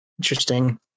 interesting